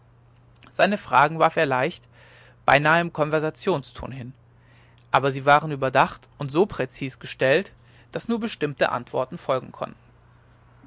seine fragen warf er leicht beinahe im konversationston hin aber sie waren überdacht und so präzis gestellt daß nur bestimmte antworten erfolgen konnten